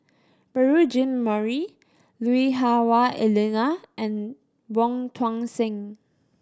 Beurel Jean Marie Lui Hah Wah Elena and Wong Tuang Seng